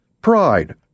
pride